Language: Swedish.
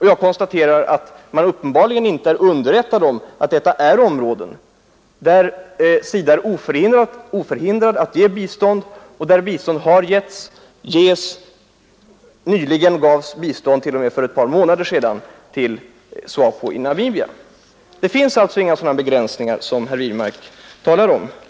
Jag konstaterar att man uppenbarligen inte är underrättad om att detta är områden, där SIDA är oförhindrad att ge bistånd och där bistånd har lämnats och lämnas. Det gavs t.o.m. bara för ett par månader sedan bistånd till SWAPO i Namibia. Det finns alltså inga sådana begränsningar som herr Wirmark talar om.